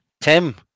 Tim